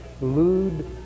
lewd